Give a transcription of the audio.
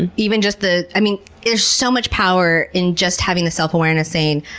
and even just the, i mean there's so much power in just having the self-awareness saying,